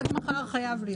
עד מחר חייב להיות.